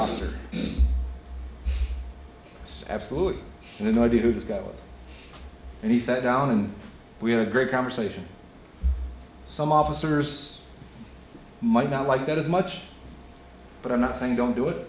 that's absolutely no idea who this guy was and he sat down and we had a great conversation some officers might not like that as much but i'm not saying don't do it